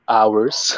hours